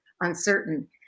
uncertain